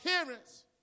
appearance